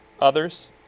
others